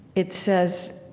it says,